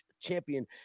champion